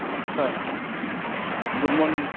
hello sir good morning